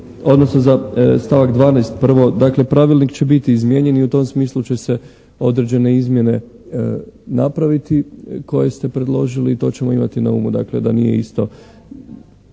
odnosno za stavak 12. prvo. Dakle pravilnik će biti izmijenjen i u tom smislu će se određene izmjene napraviti koje ste predložili i to ćemo imati na umu. Dakle, da nije isto